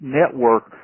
network